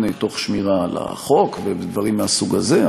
תוך שמירה על החוק ודברים מהסוג הזה,